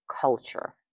culture